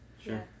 Sure